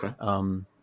Okay